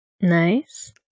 nice